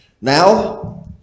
Now